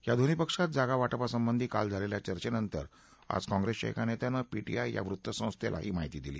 या दोन्ही पक्षांत जागावाटपासंबंधी काल झालेल्या चर्चेनंतर आज कॉंप्रेसच्या एका नेत्यानं पीटीआय वृत्तसंस्थेला ही माहिती दिली